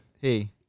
hey